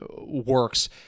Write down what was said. works